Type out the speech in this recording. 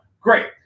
great